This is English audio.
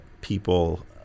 people